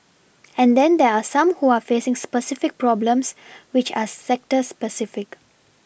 and then there are some who are facing specific problems which are sector specific